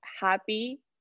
happy